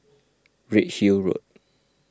Redhill Road